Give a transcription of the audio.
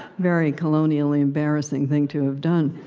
very colonially embarassing thing to have done.